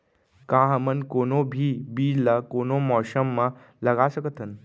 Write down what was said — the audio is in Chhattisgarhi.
का हमन कोनो भी बीज ला कोनो मौसम म लगा सकथन?